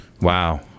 wow